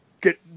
get